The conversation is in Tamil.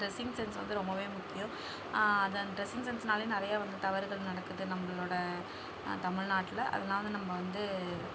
ட்ரெஸ்ஸிங் சென்ஸ் வந்து ரொம்ப முக்கியம் இந்த ட்ரெஸ்ஸிங் சென்ஸ்னாலேயும் நிறைய வந்து தவறுகள் நடக்குது நம்மளோடய தமிழ்நாட்டில அதனால் நம்ம வந்து